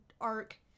arc